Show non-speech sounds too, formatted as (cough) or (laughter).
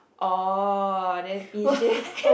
oh then (laughs)